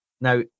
Now